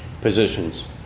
positions